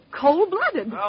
cold-blooded